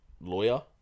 lawyer